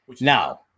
Now